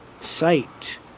sight